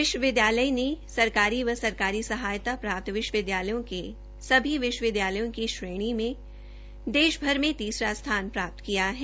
विश्वविद्याल ने सरकारी व सरकारी सहायता प्रथम विश्वविद्यालयों के सभी विश्वविद्यालयों की श्रेणी में देशभर में प्राप्त तीसरा स्थान प्राप्त किया है